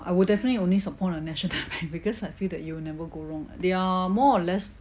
I will definitely only support a national bank because I feel that you will never go wrong they are more or less